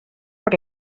per